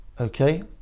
Okay